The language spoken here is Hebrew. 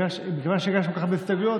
מכיוון שהגשת כל כך הרבה הסתייגויות,